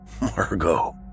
Margot